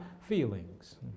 feelings